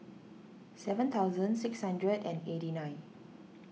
seven thousand six hundred and eighty nine